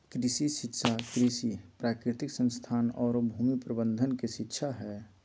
कृषि शिक्षा कृषि, प्राकृतिक संसाधन औरो भूमि प्रबंधन के शिक्षा हइ